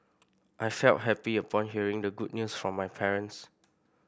I felt happy upon hearing the good news from my parents